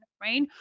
right